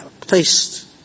placed